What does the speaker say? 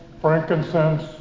frankincense